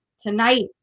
tonight